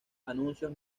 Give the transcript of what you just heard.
anuncios